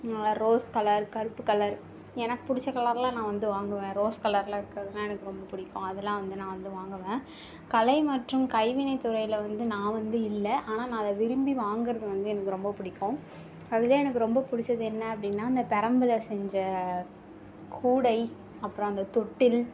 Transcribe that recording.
rose colour கருப்பு colour எனக்கு பிடிச்ச கலர்லாம் நான் வந்து வாங்குவேன் ரோஸ் கலரில் இருக்கிறது தான் எனக்கு ரொம்ப பிடிக்கும் அதெல்லாம் வந்து நான் வந்து வாங்குவேன் கலை மற்றும் கைவினை துறையில் வந்து நான் வந்து இல்லை ஆனால் நான் அதை விரும்பி வாங்குறது வந்து எனக்கு ரொம்ப பிடிக்கும் அதில் எனக்கு ரொம்ப பிடிச்சது என்ன அப்படின்னா அந்த பிரம்புல செஞ்ச கூடை அப்புறம் அந்த தொட்டில்